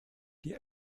die